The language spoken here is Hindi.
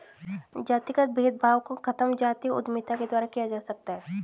जातिगत भेदभाव को खत्म जातीय उद्यमिता के द्वारा किया जा सकता है